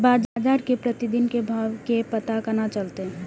बजार के प्रतिदिन के भाव के पता केना चलते?